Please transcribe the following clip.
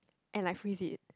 and like freeze it